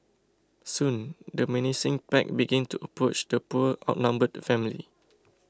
soon the menacing pack began to approach the poor outnumbered family